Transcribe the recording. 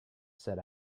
said